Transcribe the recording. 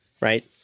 right